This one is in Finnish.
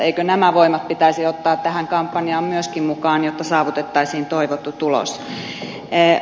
eikö nämä voimat pitäisi ottaa tähän kampanjaan myöskin mukaan jotta saavutettaisiin toivottu tulos